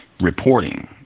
reporting